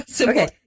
Okay